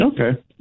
Okay